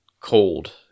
cold